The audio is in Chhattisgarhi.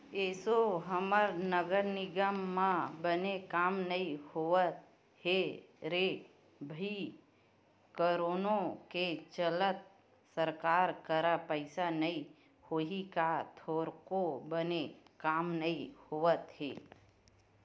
एसो हमर नगर निगम म बने काम नइ होवत हे रे भई करोनो के चलत सरकार करा पइसा नइ होही का थोरको बने काम नइ होवत हे